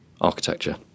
architecture